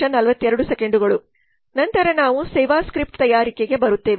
ನಂತರ ನಾವು ಸೇವಾ ಸ್ಕ್ರಿಪ್ಟ್ ತಯಾರಿಕೆಗೆ ಬರುತ್ತೇವೆ